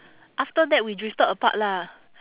after that we drifted apart lah